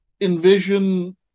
envision